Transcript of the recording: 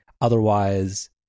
Otherwise